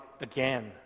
again